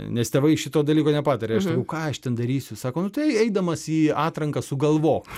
nes tėvai šito dalyko nepadarė aš sakau ką aš ten darysiu sako nu tai eidamas į atranką sugalvok